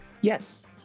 Yes